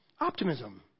optimism